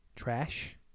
trash